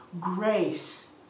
grace